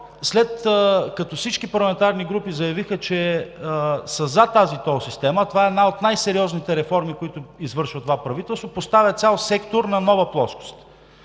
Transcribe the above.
След като всички парламентарни групи заявиха, че са за тази тол система – това е една от най-сериозните реформи, които извършва това правителство, поставя цял сектор на нова плоскост,